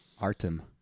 Artem